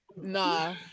Nah